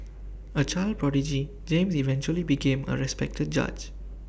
A child prodigy James eventually became A respected judge